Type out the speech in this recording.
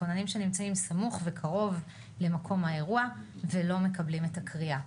כוננים שנמצאים סמוך וקרוב למקום האירוע ולא מקבלים את הקריאה.